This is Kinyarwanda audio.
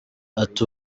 ati